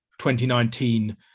2019